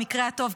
המקרה הטוב,